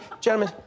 gentlemen